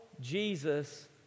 Jesus